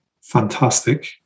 Fantastic